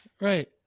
right